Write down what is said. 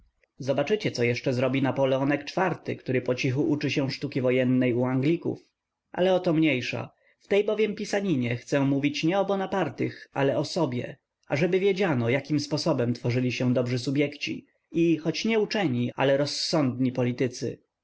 zobaczycie co jeszcze zrobi napoleonek iv który pocichu uczy się sztuki wojennej u anglików ale o to mniejsza w tej bowiem pisaninie chcę mówić nie o bonapartych ale o sobie ażeby wiedziano jakim sposobem tworzyli się dobrzy subjekci i choć nie uczeni ale rozsądni politycy